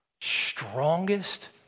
strongest